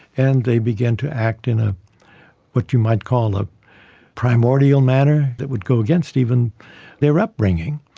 and they begin to act in ah what you might call a primordial manner that would go against even their upbringing.